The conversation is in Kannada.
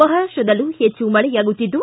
ಮಹಾರಾಷ್ಟದಲ್ಲೂ ಹೆಚ್ಚು ಮಳೆಯಾಗುತ್ತಿದ್ದು